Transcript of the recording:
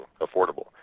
affordable